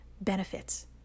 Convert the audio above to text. benefits